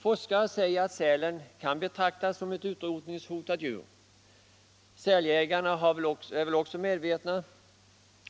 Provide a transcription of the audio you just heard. Forskare säger att sälen kan betraktas som ett utrotningshotat djur. Säljägarna är väl också medvetna